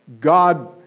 God